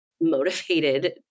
motivated